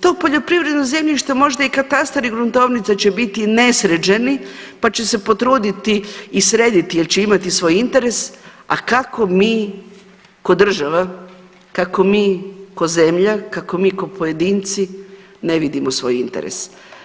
to poljoprivredno zemljište, možda i katastar i gruntovnica će biti nesređeni pa će se potruditi i srediti jel će imati svoj interes, a kako mi ko država, kako mi ko zemlja, kako mi ko pojedinci ne vidimo svoj interes?